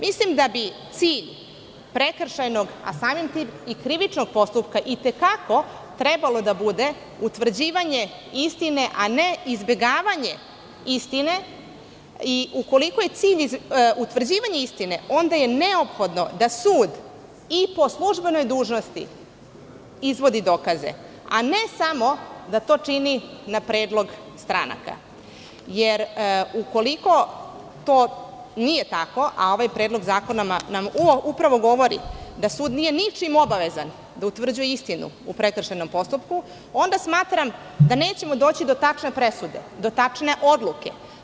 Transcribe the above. Mislim da bi cilj prekršajnog, a samim tim i krivičnog postupka, i te kako trebalo da bude utvrđivanje istine, a ne izbegavanje istine i ukoliko je cilj utvrđivanje istine, onda je neophodno da sud i po službenoj dužnosti izvodi dokaze, a ne samo da to čini na predlog stranaka, jer ukoliko to nije tako, a ovaj predlog zakona nam upravo govori da sud nije ničim obavezan da utvrđuje istinu u prekršajnom postupku, onda smatram da nećemo doći do tačne presude, do tačne odluke.